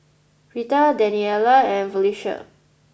Rheta Daniella and Felisha